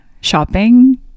shopping